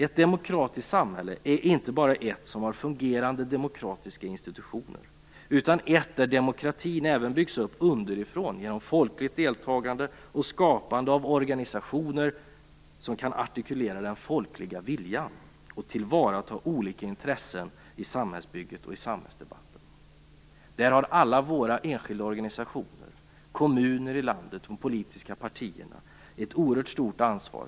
Ett demokratiskt samhälle är inte bara ett samhälle som har fungerande demokratiska institutioner utan ett samhälle där demokratin även byggs upp underifrån genom folkligt deltagande och skapande av organisationer som kan artikulera den folkliga viljan och tillvarata olika intressen i samhällsbygget och i samhällsdebatten. Där har alla våra enskilda organisationer, kommuner och politiska partier ett oerhört stort ansvar.